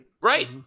Right